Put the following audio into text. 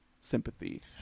sympathy